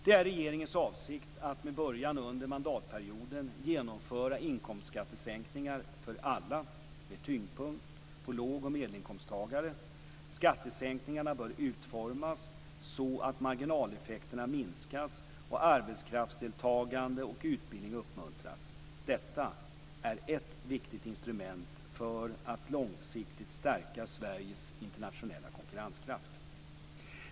Det är regeringens avsikt att med början under mandatperioden genomföra inkomstskattesänkningar för alla med tyngdpunkt på låg och medelinkomsttagare. Skattesänkningarna bör utformas så att marginaleffekterna minskas och arbetskraftsdeltagande och utbildning uppmuntras. Detta är ett viktigt instrument för att långsiktigt stärka Sveriges internationella konkurrenskraft.